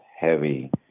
heavy